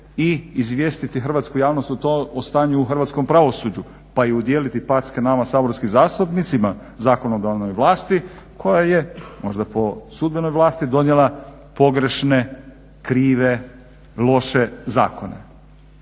i izvijestiti hrvatsku javnost o stanju u hrvatskom pravosuđu pa i udijeliti packe nama saborskim zastupnicima zakonodavnoj vlasti koja je možda po sudbenoj vlasti donijela pogrešne, krive, loše zakone.